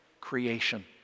creation